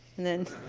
and then,